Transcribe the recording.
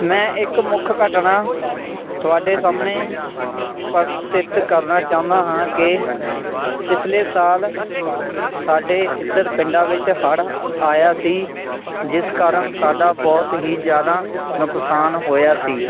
ਮੈਂ ਇੱਕ ਮੁੱਖ ਘਟਨਾ ਤੁਹਾਡੇ ਸਾਹਮਣੇ ਪ੍ਰਸਤੁਤ ਕਰਨਾ ਚਾਹੁੰਦਾ ਹਾਂ ਕਿ ਪਿਛਲੇ ਸਾਲ ਸਾਡੇ ਇੱਧਰ ਪਿੰਡਾਂ ਵਿੱਚ ਹੜ੍ਹ ਆਇਆ ਸੀ ਜਿਸ ਕਾਰਨ ਸਾਡਾ ਬਹੁਤ ਹੀ ਜ਼ਿਆਦਾ ਨੁਕਸਾਨ ਹੋਇਆ ਸੀ